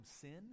sin